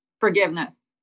Forgiveness